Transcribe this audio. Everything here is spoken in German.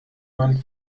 man